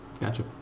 Gotcha